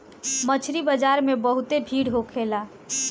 मछरी बाजार में बहुते भीड़ होखेला